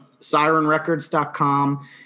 sirenrecords.com